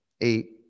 eight